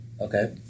Okay